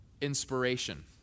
inspiration